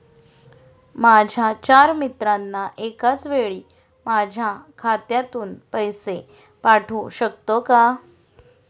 माझ्या चार मित्रांना एकाचवेळी माझ्या खात्यातून पैसे पाठवू शकतो का?